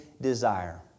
desire